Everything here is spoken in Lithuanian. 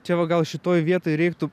čia va gal šitoj vietoj reiktų